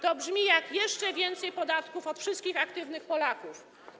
To brzmi jak jeszcze więcej podatków od wszystkich aktywnych Polaków.